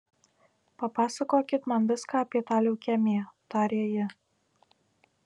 papasakokit man viską apie tą leukemiją tarė ji